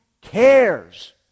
cares